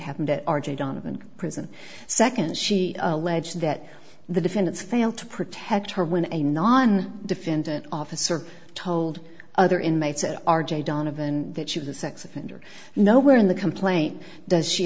happened at r j donovan prison second she alleged that the defendants failed to protect her when a non defendant officer told other inmates at r j donovan that she was a sex offender no where in the complaint does she